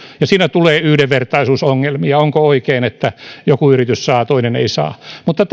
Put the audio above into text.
ja siinä tulee yhdenvertaisuusongelmia onko oikein että joku yritys saa toinen ei saa mutta